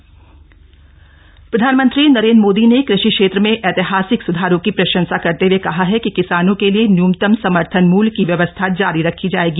PM Kisan प्रधानमंत्री नरेन्द्र मोदी ने कृषि क्षेत्र में ऐतिहासिक सुधारों की प्रशंसा करते हुए कहा कि किसानों के लिए न्यूनतम समर्थन मूल्य की व्यवस्था जारी रखी जाएगी